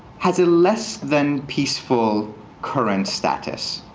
has a less than peaceful current status.